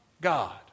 God